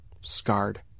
Scarred